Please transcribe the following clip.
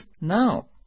now